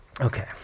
Okay